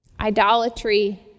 idolatry